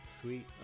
Sweet